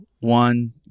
one